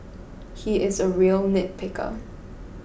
he is a real nitpicker